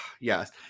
yes